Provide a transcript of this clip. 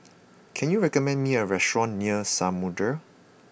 can you recommend me a restaurant near Samudera